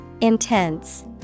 Intense